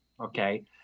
okay